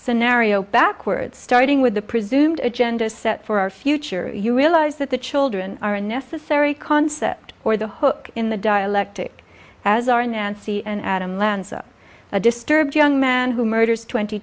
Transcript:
scenario backwards starting with the presumed agenda set for our future you realize that the children are a necessary concept for the hook in the dialectic as are nancy and adam lanza a disturbed young man who murders twenty